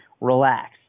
relax